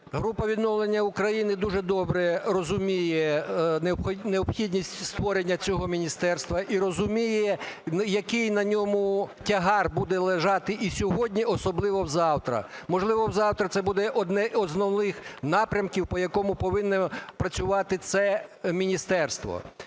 група "Відновлення України" дуже добре розуміє необхідність створення цього міністерства і розуміє, який на ньому тягар буде лежати і сьогодні, особливо завтра. Можливо, завтра це буде одне з основних напрямків, по якому повинно працювати це міністерство.